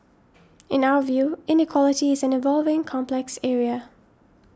in our view inequality is an evolving complex area